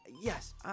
Yes